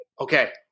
Okay